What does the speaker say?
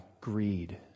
greed